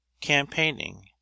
CAMPAIGNING